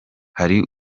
hari